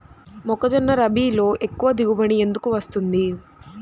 మొక్కజొన్న రబీలో ఎక్కువ దిగుబడి ఎందుకు వస్తుంది?